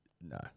No